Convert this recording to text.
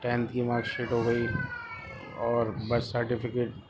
tenth کی mark sheet ہو گئی اور برتھ سرٹیفکیٹ